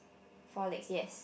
four legs yes